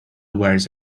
wears